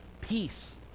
Peace